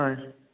হয়